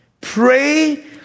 pray